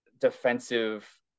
defensive